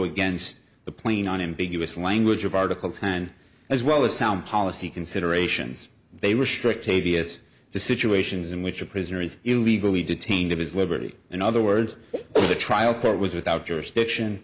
against the plain on ambiguous language of article time as well as sound policy considerations they restrict a b s to situations in which a prisoner is illegally detained of his liberty in other words the trial court was without jurisdiction